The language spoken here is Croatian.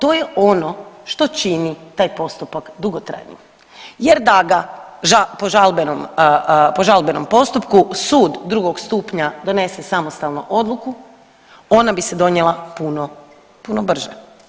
To je ono što čini taj postupak dugotrajnim jer da ga po žalbenom postupku sud drugog stupnja donese samostalno odluku ona bi se donijela puno brže.